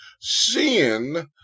sin